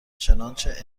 چنانچه